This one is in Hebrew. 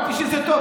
כמו שעשיתם,